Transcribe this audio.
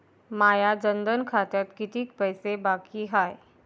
माया जनधन खात्यात कितीक पैसे बाकी हाय?